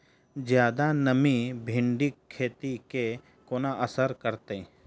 जियादा नमी भिंडीक खेती केँ कोना असर करतै?